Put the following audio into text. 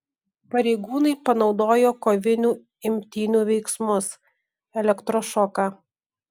pareigūnai panaudojo kovinių imtynių veiksmus elektrošoką